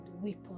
weapon